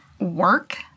work